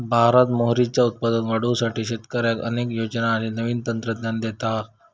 भारत मोहरीचा उत्पादन वाढवुसाठी शेतकऱ्यांका अनेक योजना आणि नवीन तंत्रज्ञान देता हा